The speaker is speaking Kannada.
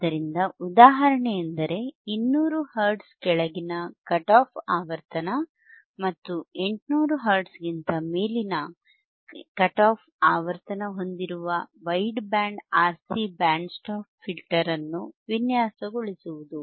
ಆದ್ದರಿಂದ ಉದಾಹರಣೆಯೆಂದರೆ 200 ಹರ್ಟ್ಜ್ ಕೆಳಗಿನ ಕಟ್ ಆಫ್ ಆವರ್ತನ ಮತ್ತು 800 ಹರ್ಟ್ಜ್ ಗಿಂತ ಮೇಲಿನ ಕಟ್ ಆಫ್ ಆವರ್ತನ ಹೊಂದಿರುವ wide band RC band stop filter ಅನ್ನು ವಿನ್ಯಾಸಗೊಳಿಸುವುದು